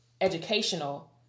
educational